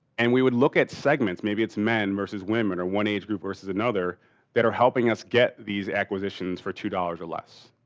and we would look at segments. maybe it's men versus women or one age group versus another that are helping us get these acquisitions for two dollars or less.